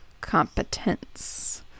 competence